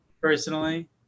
Personally